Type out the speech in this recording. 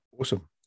Awesome